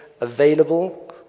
available